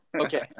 Okay